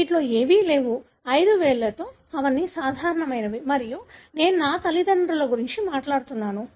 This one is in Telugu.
వాటిలో ఏవీ లేవు ఐదు వేళ్లతో అవన్నీ సాధారణమైనవి మరియు నేను నా తల్లిదండ్రుల గురించి మాట్లాడుతున్నాను